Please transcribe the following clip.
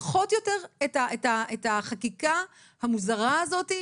לדחות את החקיקה המוזרה הזאת.